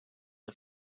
are